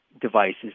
devices